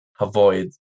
avoid